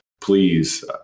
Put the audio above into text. please